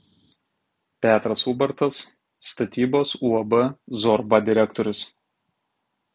petras ubartas statybos uab zorba direktorius